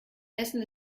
essen